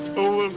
oh well,